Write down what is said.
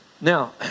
Now